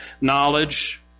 knowledge